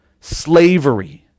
slavery